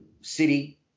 city